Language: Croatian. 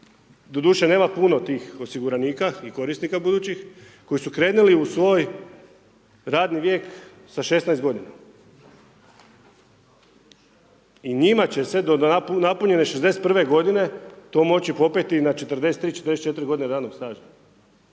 doduše, nema puno tih osiguranika i korisnika budućih koji su krenuli u svoj radni vijek sa 16 g. I njima će se do napunjene 61 g. to moći popeti na 43, 44 g. radnog staža.